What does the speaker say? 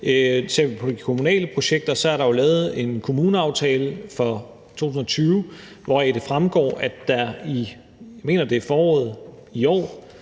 på de kommunale projekter, er der jo lavet en kommuneaftale for 2020, hvoraf det fremgår, at der,